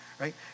right